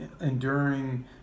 enduring